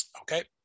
Okay